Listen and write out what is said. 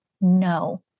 no